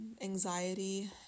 anxiety